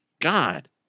God